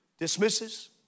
Dismisses